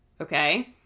Okay